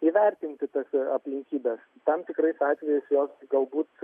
įvertinti tas aplinkybes tam tikrais atvejais jos galbūt